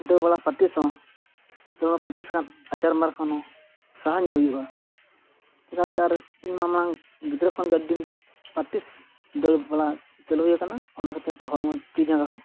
ᱫᱟᱹᱲ ᱵᱟᱲᱟ ᱯᱨᱮᱠᱴᱤᱥ ᱦᱚᱸ ᱫᱟᱹᱲ ᱵᱟᱲᱟ ᱯᱨᱮᱠᱴᱤᱥ ᱞᱮᱠᱷᱟᱱ ᱟᱡᱟᱨ ᱵᱮᱢᱟᱨ ᱠᱷᱚᱱᱦᱚᱸ ᱥᱟᱦᱟ ᱧᱚᱜ ᱦᱩᱭᱩᱜᱼᱟ ᱪᱤᱠᱟᱹᱛᱮ ᱟᱨ ᱤᱧᱢᱟ ᱢᱟᱲᱟᱝ ᱜᱤᱫᱽᱨᱟᱹ ᱠᱷᱚᱱᱜᱮ ᱟᱹᱰᱤ ᱫᱤᱱ ᱯᱨᱮᱠᱴᱤᱥ ᱫᱟᱹᱲ ᱵᱟᱲᱟ ᱪᱟᱹᱞᱩ ᱦᱩᱭ ᱟᱠᱟᱱᱟ ᱚᱱᱟ ᱠᱷᱟᱹᱛᱤᱨᱛᱮ ᱦᱚᱲᱢᱚ ᱛᱤ ᱡᱟᱸᱜᱟ ᱦᱚᱸ